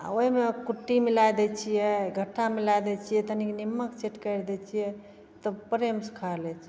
आओर ओहिमे कुट्टी मिलै दै छिए घट्ठा मिलै दै छिए तनि निम्मक छिटकारि दै छिए तब प्रेमसे खा लै छै